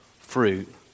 fruit